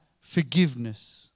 forgiveness